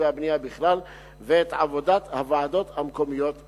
והבנייה בכלל ואת עבודת הוועדות המקומיות בפרט.